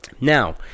now